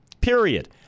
Period